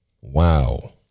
Wow